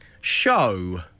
Show